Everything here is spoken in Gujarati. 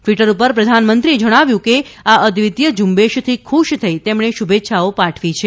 ટ્વીટર પર પ્રધાનમંત્રીએ જણાવ્યું કે આ અદ્વિતિય ઝુંબેશથી ખુશ થઇ તેમણે શુભેચ્છાઓ પાઠવી છે